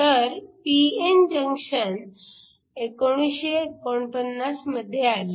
तर p n junction 1949 मध्ये आली